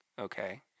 Okay